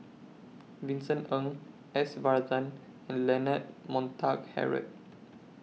Vincent Ng S Varathan and Leonard Montague Harrod